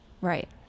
right